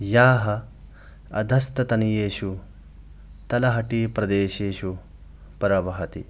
याः अधस्ततनीयेषु तलहाटिप्रदेशेषु प्रवहति